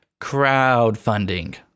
crowdfunding